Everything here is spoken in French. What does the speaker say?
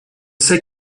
sais